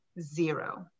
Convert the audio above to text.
zero